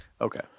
Okay